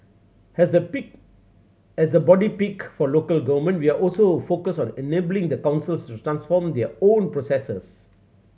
as the peak as the body peak for local government we're also focused on enabling the councils to transform their own processes